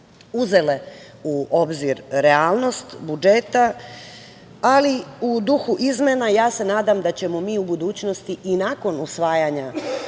uzele u obzir realnost budžeta, ali u duhu izmena ja se nadam da ćemo mi u budućnosti i nakon usvajanja ovog